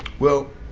well,